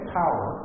power